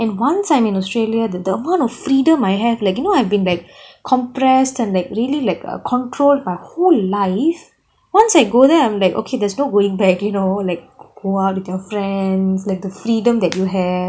and once I'm in australia the the amount of freedom I have like you know I've been compressed and like really like a controlled my whole life once I go there I'm like okay there's no going back you know like go out with your friends like the freedom that you have